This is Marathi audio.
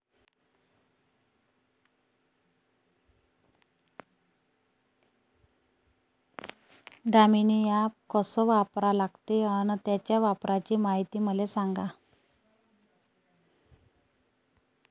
दामीनी ॲप कस वापरा लागते? अन त्याच्या वापराची मायती मले सांगा